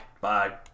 Bye